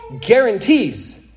guarantees